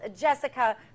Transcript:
Jessica